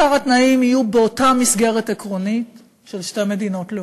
שאר התנאים יהיו באותה מסגרת עקרונית של שתי מדינות לאום,